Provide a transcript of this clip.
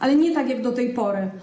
Ale nie tak, jak do tej pory.